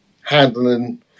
handling